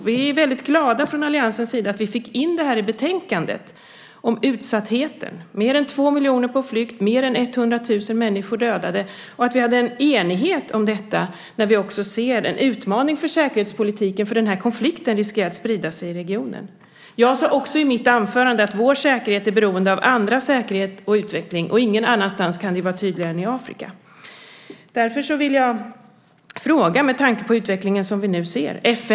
Från alliansens sida är vi väldigt glada över att vi i betänkandet fick in detta med utsattheten - mer än 2 miljoner människor är på flykt, och mer än 100 000 människor är dödade - och över enigheten om detta när vi också ser en utmaning för säkerhetspolitiken, för den här konflikten riskerar att sprida sig i regionen. I mitt anförande sade jag också att vår säkerhet är beroende av andras säkerhet och utveckling. Ingen annanstans kan det vara tydligare än i Afrika. Därför har jag med tanke på den utveckling vi nu ser en fråga.